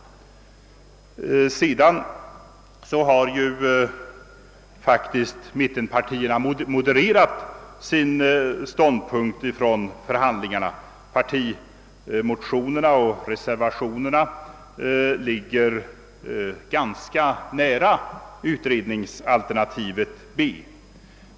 Senare har ju faktiskt mittenpartierna modererat sin ståndpunkt från förhandlingarna; deras partimotioner och reservationer ligger ganska nära utredningsalternativ B.